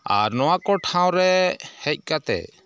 ᱟᱨ ᱱᱚᱣᱟ ᱠᱚ ᱴᱷᱟᱶ ᱨᱮ ᱦᱮᱡ ᱠᱟᱛᱮᱫ